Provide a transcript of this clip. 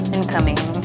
Incoming